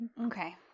Okay